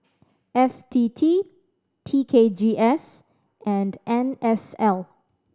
F T T T K G S and N S L